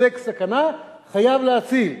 "ספק סכנה, חייב להציל".